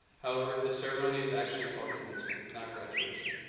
however, the ceremony is actually called commencement, not graduation.